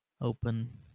open